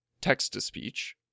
text-to-speech